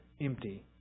empty